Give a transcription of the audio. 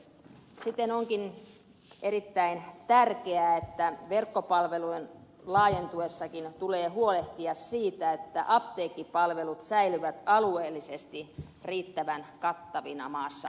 siten onkin erittäin tärkeää että verkkopalvelujen laajentuessakin tulee huolehtia siitä että apteekkipalvelut säilyvät alueellisesti riittävän kattavina maassamme